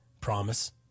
Promise